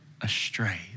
astray